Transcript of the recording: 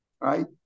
right